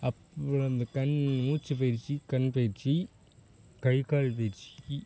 அப்புறம் இந்த கண் மூச்சுப் பயிற்சி கண் பயிற்சி கை கால் பயிற்சி